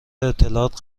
اطلاعات